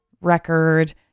record